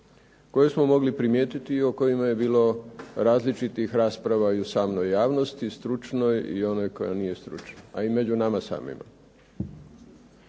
koje smo mogli primjetiti i o kojima je bila različitih rasprava i u samoj javnosti stručnoj i onoj koja nije stručna, a i među nama samima.